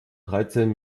dreizehn